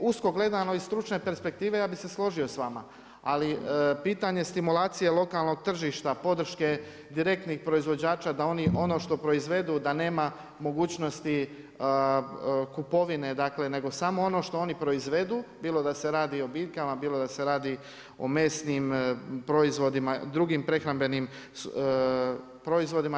I usko gledano iz stručne perspektive, ja bih se složio sa vama, ali pitanje stimulacije lokalnoj tržišta podrške direktnih proizvođača da oni ono što proizvedu da nema mogućnosti kupovine dakle nego samo ono što oni proizvode, bilo da se radi o biljkama, bilo da se radi o mesnim proizvodima i drugim prehrambenim proizvodima.